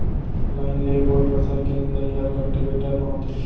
line ले बोए फसल के निंदई हर कल्टीवेटर म होथे